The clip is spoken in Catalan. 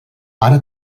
ara